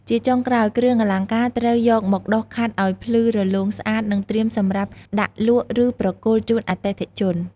ជាចុងក្រោយ គ្រឿងអលង្ការត្រូវយកមកដុសខាត់ឱ្យភ្លឺរលោងស្អាត និងត្រៀមសម្រាប់ដាក់លក់ ឬប្រគល់ជូនអតិថិជន។